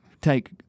take